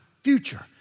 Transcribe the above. future